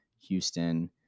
Houston